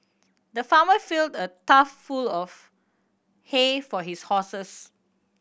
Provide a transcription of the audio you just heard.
the farmer filled a trough full of hay for his horses